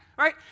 right